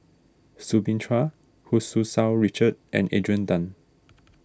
Soo Bin Chua Hu Tsu Tau Richard and Adrian Tan